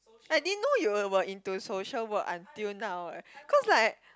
I didn't know you were were into social work until now eh cause like